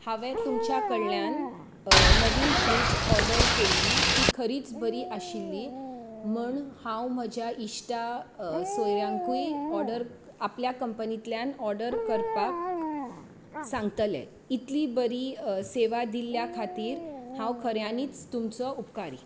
हांवें तुमच्या कडल्यान नवीन फ्रिज ओर्डर केल्ली ती खरींच बरी आशिल्ली म्हण हांव म्हज्या इश्टा सोयऱ्यांकूय ओर्डर आपल्या कंपनींतल्यान ओर्डर करपाक सांगतलें इतली बरीं सेवा दिल्ल्या खातीर हांव खऱ्यांनीच तुमचें उपकारी